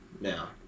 now